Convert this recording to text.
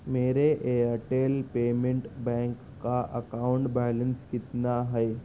میرے Airtel payment bank کا account balance کتنا ہے